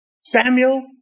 Samuel